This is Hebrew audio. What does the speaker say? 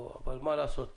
אבל מה לעשות,